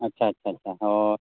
ᱟᱪᱪᱷᱟ ᱟᱪᱪᱷᱟ ᱦᱚᱭ